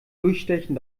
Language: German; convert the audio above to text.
durchstechen